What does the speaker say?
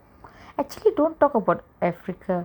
actually don't talk about africa